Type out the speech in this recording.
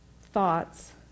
thoughts